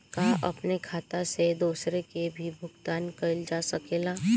का अपने खाता से दूसरे के भी भुगतान कइल जा सके ला?